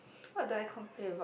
what do I complain about